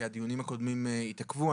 כי הדיונים הקודמים התעכבו,